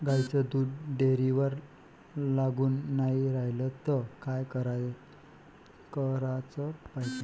गाईचं दूध डेअरीवर लागून नाई रायलं त का कराच पायजे?